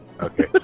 okay